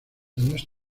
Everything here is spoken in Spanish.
años